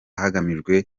hagamijwe